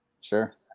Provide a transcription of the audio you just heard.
Sure